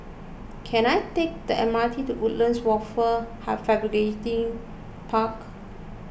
can I take the M R T to Woodlands Wafer Fabrication Park